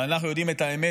אבל אנחנו יודעים את האמת.